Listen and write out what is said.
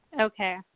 okay